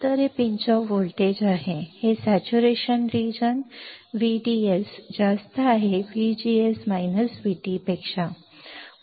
तर हे pinch off voltage आहे आणि येथे संतृप्ति प्रदेशात VDS VGS VT